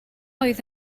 oedd